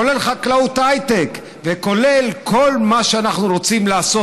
כולל חקלאות הייטק וכולל כל מה שאנחנו רוצים לעשות,